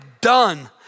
done